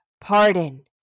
pardon